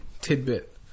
Tidbit